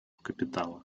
капитала